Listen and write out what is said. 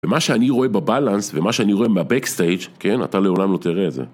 ומה שאני רואה בבלנס, ומה שאני רואה בבקסטייג' כן? אתה לעולם לא תראה את זה.